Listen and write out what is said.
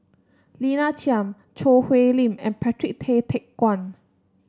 Lina Chiam Choo Hwee Lim and Patrick Tay Teck Guan